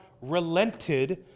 relented